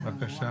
בבקשה.